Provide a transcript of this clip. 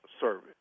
service